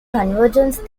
convergence